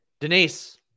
Denise